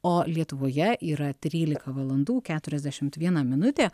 o lietuvoje yra trylika valandų keturiasdešimt viena minutė